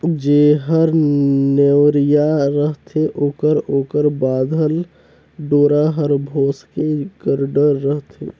जेहर नेवरिया रहथे ओकर ओकर बाधल डोरा हर भोसके कर डर रहथे